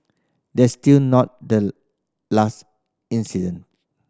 that's still not the last incident